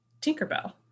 tinkerbell